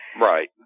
Right